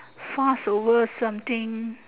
fast over something